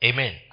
Amen